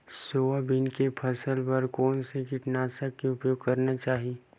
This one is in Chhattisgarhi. सोयाबीन के फसल बर कोन से कीटनाशक के उपयोग करना चाहि?